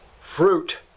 fruit